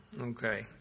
okay